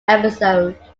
episode